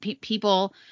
people